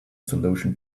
solution